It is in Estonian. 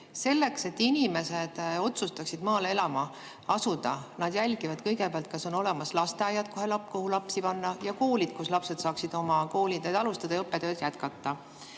Selleks et inimesed otsustaksid maale elama asuda, nad jälgivad kõigepealt, kas on olemas lasteaed, kuhu lapsi panna, ja kool, kus lapsed saaksid oma kooliteed alustada või õppetööd jätkata.